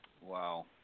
Wow